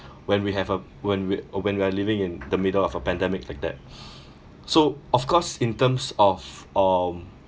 when we have a when we when we are living in the middle of a pandemic like that so of course in terms of um